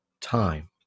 time